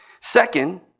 Second